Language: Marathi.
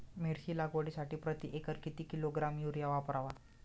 मिरची लागवडीसाठी प्रति एकर किती किलोग्रॅम युरिया वापरावा?